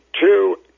two